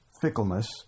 fickleness